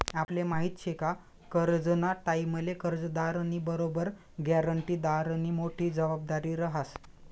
आपले माहिती शे का करजंना टाईमले कर्जदारनी बरोबर ग्यारंटीदारनी मोठी जबाबदारी रहास